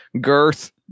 girth